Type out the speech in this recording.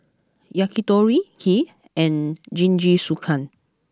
Yakitori Kheer and Jingisukan